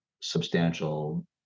substantial